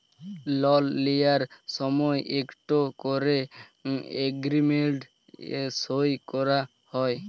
লল লিঁয়ার সময় ইকট ক্যরে এগ্রীমেল্ট সই ক্যরা হ্যয়